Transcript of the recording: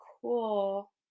cool